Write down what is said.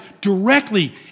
directly